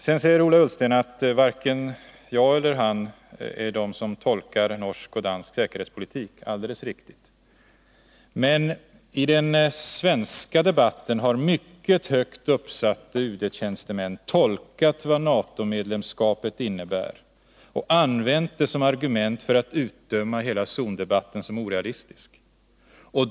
Sedan säger Ola Ullsten att varken jag eller han har att tolka norsk och dansk säkerhetspolitik. Alldeles riktigt. Men i den svenska debatten har mycket högt uppsatta UD-tjänstemän tolkat vad NATO-medlemskapet innebär och använt det som argument för att utdöma hela zondebatten som orealistisk.